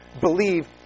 believe